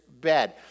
bed